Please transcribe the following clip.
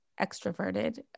extroverted